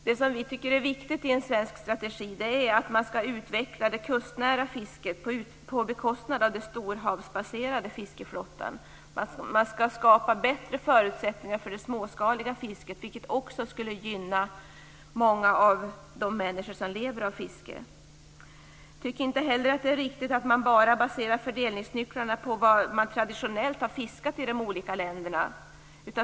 Det Vänsterpartiet tycker är viktigt i en svensk strategi är att utveckla det kustnära fisket på bekostnad av den storhavsbaserade fiskeflottan. Man skall skapa bättre förutsättningar för det småskaliga fisket vilket också skulle gynna många av de människor som lever av fiske. Vänsterpartiet tycker inte att det är riktigt att man bara baserar fördelningsnycklarna på vad man traditionellt har fiskat i de olika länderna.